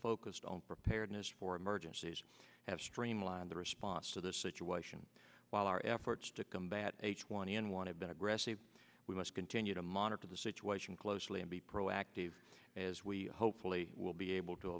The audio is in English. focused on preparedness for emergencies have streamlined the response to this situation while our efforts to combat h one n one have been aggressive we must continue to monitor the situation closely and be proactive as we hopefully will be able to